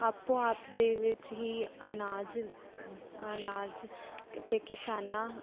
ਆਪੋ ਆਪਦੇ ਵਿੱਚ ਹੀ ਅਨਾਜ ਅਨਾਜ ਅਤੇ ਕਿਸਾਨਾਂ